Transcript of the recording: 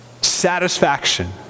Satisfaction